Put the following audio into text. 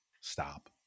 Stop